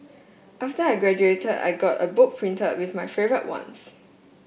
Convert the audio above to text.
after I graduated I got a book printed with my ones